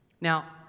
Now